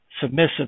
submissive